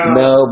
no